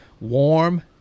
Warm